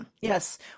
Yes